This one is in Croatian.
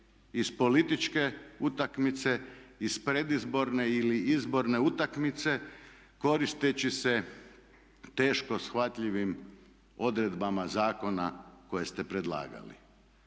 iz političke utakmice, iz predizborne ili izborne utakmice koristeći se teško shvatljivim odredbama zakona koje ste predlagali.